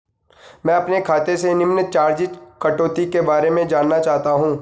मैं अपने खाते से निम्न चार्जिज़ कटौती के बारे में जानना चाहता हूँ?